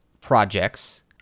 projects